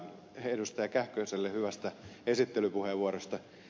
kähköselle hyvästä esittelypuheenvuorosta